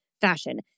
fashion